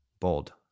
bold